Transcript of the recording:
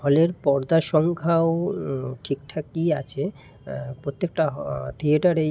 হলের পর্দার সংখ্যাও ঠিকঠাকই আছে প্রত্যেকটা থিয়েটারেই